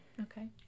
Okay